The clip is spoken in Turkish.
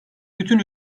bütün